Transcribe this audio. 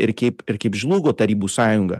ir kaip ir kaip žlugo tarybų sąjunga